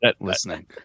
listening